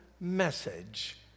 message